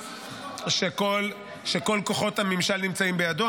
שכל כוחות הממשל נמצאים בידו.